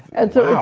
and so,